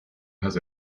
has